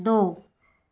दो